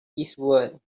eastward